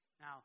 Now